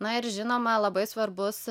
na ir žinoma labai svarbus